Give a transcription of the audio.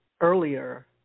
earlier